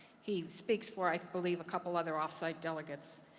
he speaks for i believe a couple other off-site delegates.